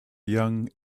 young